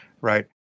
Right